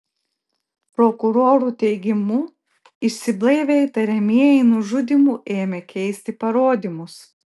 prokurorų teigimu išsiblaivę įtariamieji nužudymu ėmė keisti parodymus